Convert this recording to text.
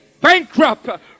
bankrupt